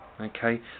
okay